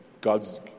God's